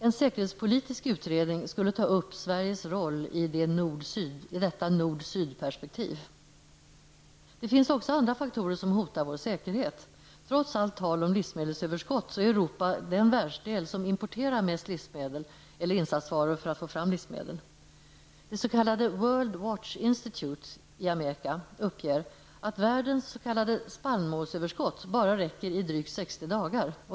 En säkerhetspolitisk utredning skulle ta upp Sveriges roll i detta nord--syd-perspektiv. Det finns också andra faktorer som hotar vår säkerhet. Trots allt tal om livsmedelsöverskott är Europa den världsdel som importerar mest livsmedel eller insatsvaror för att få fram livsmedel. World Watch Institute i Amerika uppger att världens s.k. spannmålsöverskott bara räcker i drygt 60 dagar.